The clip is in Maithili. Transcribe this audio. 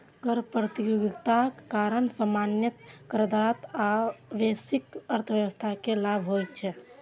कर प्रतियोगिताक कारण सामान्यतः करदाता आ वैश्विक अर्थव्यवस्था कें लाभ होइ छै